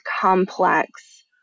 complex